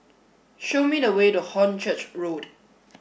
show me the way to Hornchurch Road